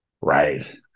Right